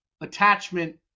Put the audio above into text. attachment